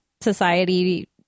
society